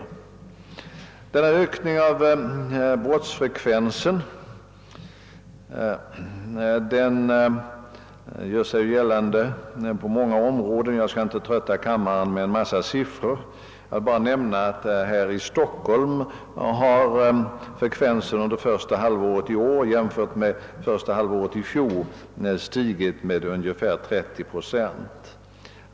Denna ökning av brottsfrekvensen gör sig gällande på många områden. Jag skall inte trötta kammaren med en massa siffror. Jag vill bara nämna att frekvensen här i Stockholm under första halvåret i år jämfört med första halvåret i fjol stigit med ungefär 30 procent.